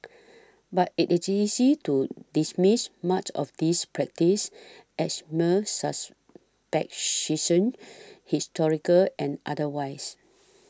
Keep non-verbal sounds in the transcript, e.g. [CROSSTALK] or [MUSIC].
but it is easy to dismiss much of these practices as mere [UNINTELLIGIBLE] historical and otherwise